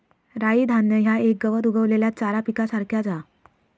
राई धान्य ह्या एक गवत उगवलेल्या चारा पिकासारख्याच हा